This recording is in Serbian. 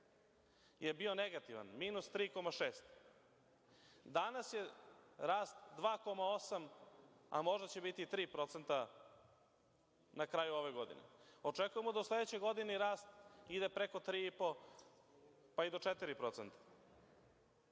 je bio negativan, minus 3,6. Danas je rast 2,8%, a možda će biti i 3% na kraju ove godine. Očekujemo da od sledeće godine rast ide preko 3%, pa i do